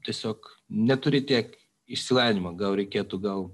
tiesiog neturi tiek išsilavinimo gal reikėtų gal